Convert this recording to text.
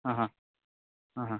हा हा हा हा